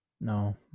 No